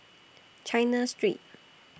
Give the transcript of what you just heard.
China Street